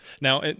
Now